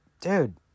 dude